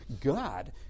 God